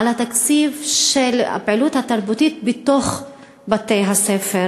על התקציב של הפעילות התרבותית בתוך בתי-הספר